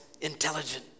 intelligent